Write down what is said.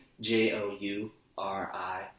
J-O-U-R-I